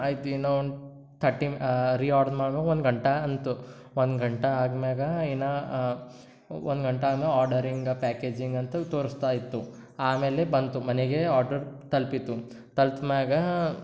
ಆಯ್ತು ಇನ್ನು ಒಂದು ತಟ್ಟಿ ರೀಆಡ್ರ್ ಮಾಡ್ಮ್ಯಾಗ ಒಂದು ಗಂಟೆ ಅಂತೂ ಒಂದು ಗಂಟೆ ಆದ್ಮ್ಯಾಲ ಏನು ಒಂದು ಗಂಟೆ ಆದ್ಮ್ಯಾಲ ಆರ್ಡರಿಂಗ್ ಪ್ಯಾಕೇಜಿಂಗ್ ಅಂತ ತೋರಿಸ್ತಾ ಇತ್ತು ಆಮೇಲೆ ಬಂತು ಮನೆಗೆ ಆರ್ಡರ್ ತಲುಪಿತು ತಲ್ಪ್ಸ ಮ್ಯಾಲ